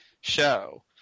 show